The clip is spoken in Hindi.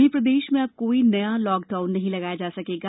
वहीं प्रदेश में अब कोई नया लॉकडाउन नहीं लगाया जा सकेगा